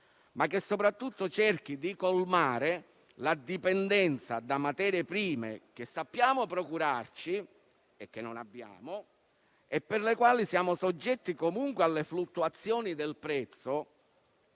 ma che soprattutto cerchi di colmare la dipendenza da materie prime, che sappiamo procurarci, ma che non abbiamo, per le quali siamo soggetti alle fluttuazioni del prezzo,